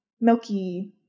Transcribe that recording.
Milky